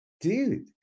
dude